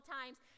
times